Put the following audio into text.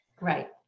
Right